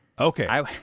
Okay